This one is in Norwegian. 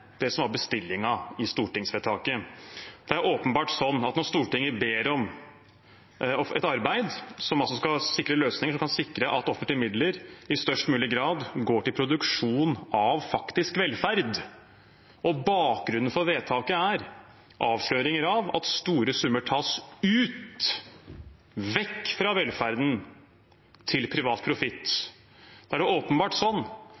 det som var bestillingen i stortingsvedtaket. Stortinget har bedt om et arbeid som skal sikre løsninger som kan sikre at offentlige midler i størst mulig grad går til produksjon av faktisk velferd, og bakgrunnen for vedtaket er avsløringer om at store summer tas ut – vekk fra velferden – til privat